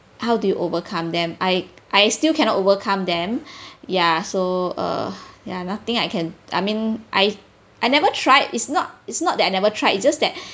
how do you overcome them I I still cannot overcome them ya so uh ya nothing I can I mean I I never tried it's not it's not that I never tried it just that